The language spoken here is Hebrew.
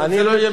אם זה לא יהיה,